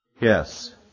Yes